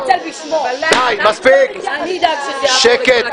אל תתנצל בשמו, אני אדאג --- שקט.